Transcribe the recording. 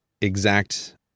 exact